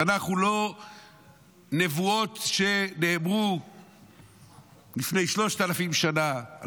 התנ"ך הוא לא נבואות שנאמרו לפני 3,000 שנה,